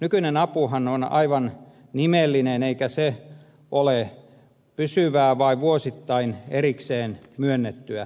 nykyinen apuhan on aivan nimellinen eikä se ole pysyvää vaan vuosittain erikseen myönnettyä